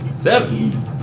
Seven